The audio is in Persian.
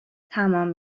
تمام